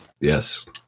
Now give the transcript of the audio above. Yes